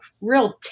real